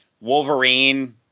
Wolverine